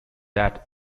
that